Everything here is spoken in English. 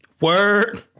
Word